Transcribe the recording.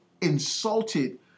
insulted